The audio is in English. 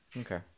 Okay